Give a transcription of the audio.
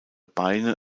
beine